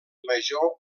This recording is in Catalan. major